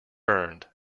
burned